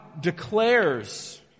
declares